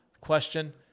question